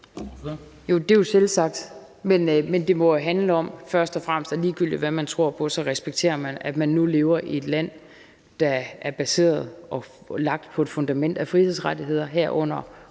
Jo, det er jo selvsagt. Men det må jo handle om først og fremmest, at ligegyldigt hvad man tror på, respekterer man, at man nu lever i et land, der er baseret og lagt på et fundament af frihedsrettigheder, herunder